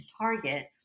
target